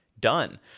done